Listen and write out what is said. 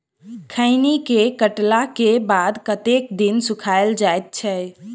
खैनी केँ काटला केँ बाद कतेक दिन सुखाइल जाय छैय?